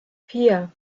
vier